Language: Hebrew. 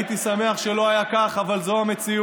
הייתי שמח אם זה לא היה כך, אבל זו המציאות.